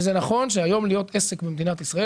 וזה נכון שהיום להיות עסק במדינת ישראל,